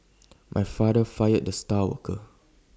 my father fired the star worker